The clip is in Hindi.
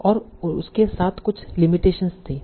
और उसके साथ कुछ लिमिटेशन थीं